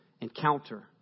encounter